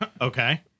Okay